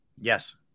yes